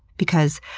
because.